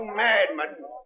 madman